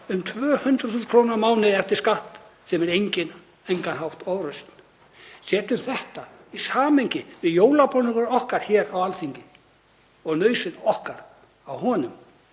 um 200.000 kr. á mánuði eftir skatt, sem er engin ofrausn? Setjum þetta í samhengi við jólabónus okkar hér á Alþingi og nauðsyn okkar á honum.